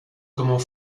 comment